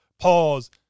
pause